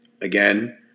Again